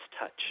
touch